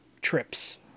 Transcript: trips